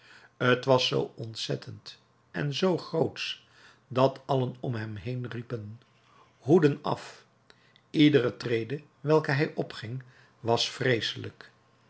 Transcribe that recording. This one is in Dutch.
t was zoo ontzettend en zoo grootsch dat allen om hem heen riepen hoeden af iedere trede welke hij opging was vreeselijk